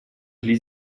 или